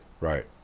Right